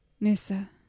Nissa